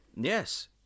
Yes